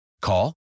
Call